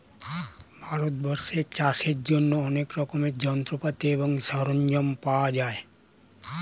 ভারতবর্ষে চাষের জন্য অনেক রকমের যন্ত্রপাতি এবং সরঞ্জাম পাওয়া যায়